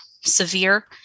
severe